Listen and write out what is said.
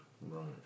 right